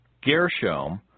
Gershom